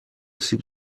سیب